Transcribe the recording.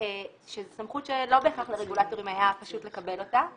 שזה סמכות שלא בהכרח לרגולטורים היה פשוט לקבל אותה,